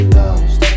lost